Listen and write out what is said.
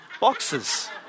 boxes